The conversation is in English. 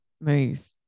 move